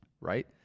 right